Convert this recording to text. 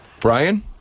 Brian